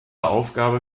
aufgabe